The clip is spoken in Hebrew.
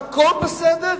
הכול בסדר,